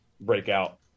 breakout